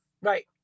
Right